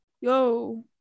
Yo